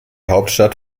hauptstadt